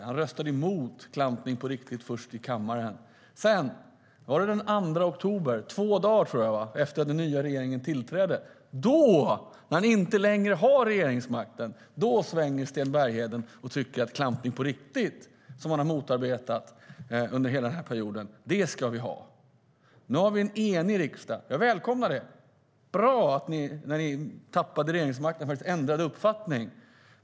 Han röstade först i kammaren emot klampning på riktigt. Nu har vi en enig riksdag. Jag välkomnar det. Det är bra att ni när ni tappade regeringsmakten ändrade uppfattning.